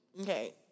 Okay